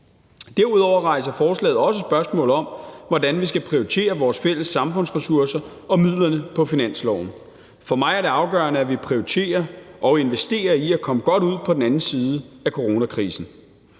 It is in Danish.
Derudover rejser forslaget også spørgsmålet om, hvordan vi skal prioritere vores fælles samfundsressourcer og midlerne på finansloven. For mig er det afgørende, at vi prioriterer og investerer i at komme godt ud på den anden side af coronakrisen.